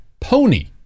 pony